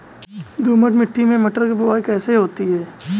दोमट मिट्टी में मटर की बुवाई कैसे होती है?